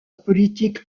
politique